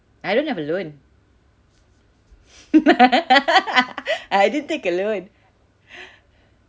I don't have a loan I didn't take a loan